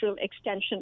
extension